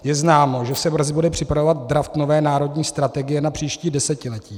Je známo, že se brzy bude připravovat draft nové národní strategie na příští desetiletí.